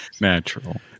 natural